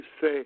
say